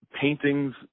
paintings